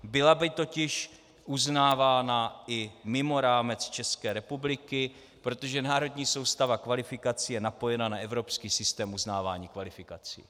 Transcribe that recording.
Byla by totiž uznávána i mimo rámec České republiky, protože národní soustava kvalifikací je napojena na evropský systém uznávání kvalifikací.